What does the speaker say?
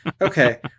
Okay